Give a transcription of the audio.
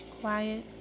quiet